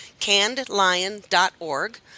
cannedlion.org